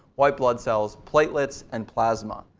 white blood cells, platelets, and plasma.